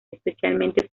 especialmente